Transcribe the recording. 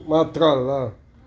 ಮಾತ್ರ ಅಲ್ಲ